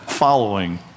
following